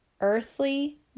earthly